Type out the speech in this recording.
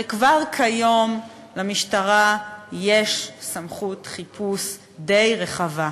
הרי כבר היום יש למשטרה סמכות חיפוש די רחבה.